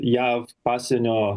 ją pasienio